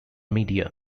media